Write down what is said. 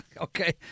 okay